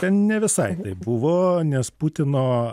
ten ne visai taip buvo nes putino